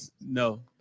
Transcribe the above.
No